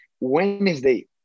Wednesday